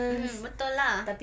mmhmm betul lah